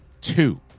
two